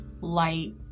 light